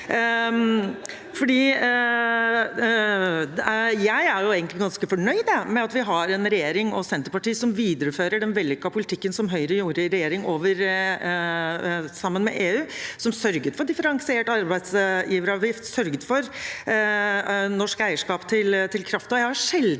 egentlig ganske fornøyd med at vi har en regjering og et Senterparti som viderefører den vellykkede politikken som Høyre hadde i regjering sammen med EU, som sørget for differensiert arbeidsgiveravgift, sørget for norsk eierskap til kraften.